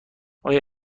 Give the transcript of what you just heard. آیا